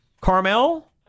Carmel